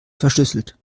verschlüsselt